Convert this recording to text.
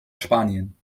spanien